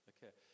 Okay